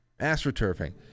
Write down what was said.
astroturfing